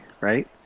right